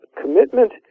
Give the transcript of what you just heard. commitment